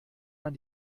man